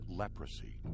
leprosy